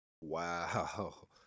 Wow